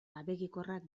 abegikorrak